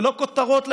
ולא כותרות לעיתונים.